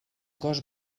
cos